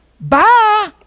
Bye